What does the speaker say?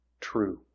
true